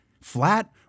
flat